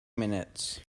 minutes